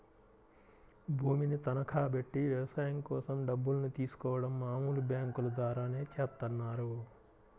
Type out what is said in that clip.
భూమిని తనఖాబెట్టి వ్యవసాయం కోసం డబ్బుల్ని తీసుకోడం మామూలు బ్యేంకుల ద్వారానే చేత్తన్నారు